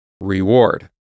reward